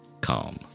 calm